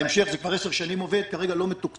זה עובד כבר עשר שנים אך כרגע זה לא מתוקצב,